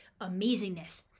amazingness